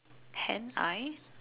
ten I